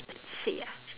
see ya